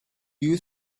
you